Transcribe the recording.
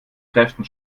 kräften